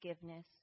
forgiveness